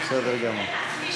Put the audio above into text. בסדר גמור.